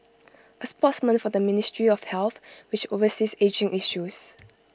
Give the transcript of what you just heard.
A spokesman for the ministry of health which oversees ageing issues